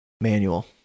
Manual